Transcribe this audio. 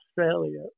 Australia